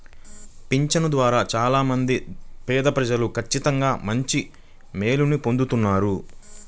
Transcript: పింఛను ద్వారా చాలా మంది పేదప్రజలు ఖచ్చితంగా మంచి మేలుని పొందుతున్నారు